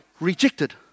rejected